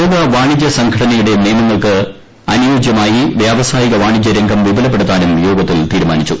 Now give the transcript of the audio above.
ലോക വാണിജ്യ സംഘടനയുടെ നിയമങ്ങൾക്ക് അനുരോധ്യമായി വ്യാവസായിക വാണിജ്യരംഗം വിപുലപ്പെടുത്തുവാനും യോഗത്തിൽ തീരുമാനിച്ചു